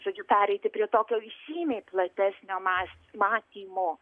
žodžiu pereiti prie tokio žymiai platesnio mąst matymo